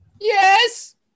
Yes